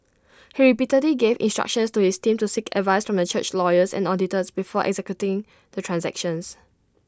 he repeatedly gave instructions to his team to seek advice from the church's lawyers and auditors before executing the transactions